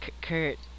Kurt